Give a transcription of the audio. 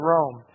Rome